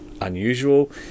unusual